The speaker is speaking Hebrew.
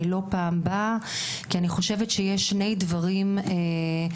לא פעם אני באה כי אני חושבת שיש שני דברים שעומדים